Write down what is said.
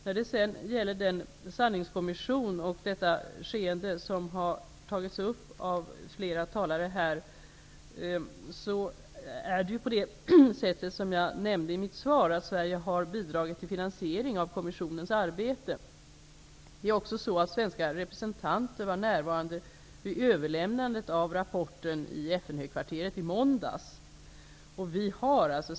När det sedan gäller den sanningskommission och det skeende som har tagits upp av flera talare här, är det som jag nämnde i mitt svar att Sverige har bidragit till finansiering av kommissionens arbete. Svenska representanter var också närvarande vid överlämnandet av rapporten i FN-högkvarteret i måndags.